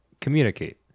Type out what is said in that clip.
Communicate